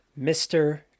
Mr